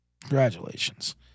Congratulations